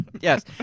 Yes